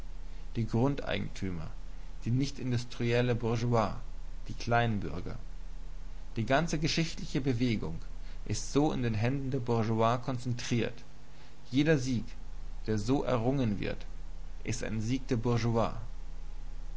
die grundeigentümer die nichtindustriellen bourgeois die kleinbürger die ganze geschichtliche bewegung ist so in den händen der bourgeoisie konzentriert jeder sieg der so errungen wird ist ein sieg der bourgeoisie